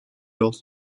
yol